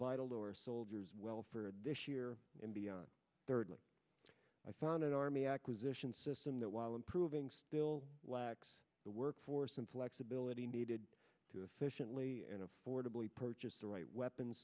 vital to our soldiers well for this year and beyond thirdly i found an army acquisition system that while improving still lacks the work force and flexibility needed to efficiently and affordably purchased the right weapons